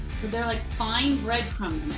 so they're like fine breadcrumbs